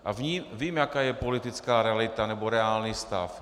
A vím, jaká je politická realita nebo reálný stav.